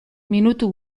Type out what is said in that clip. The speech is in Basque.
minutu